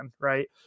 right